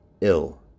ill